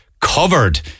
covered